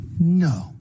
No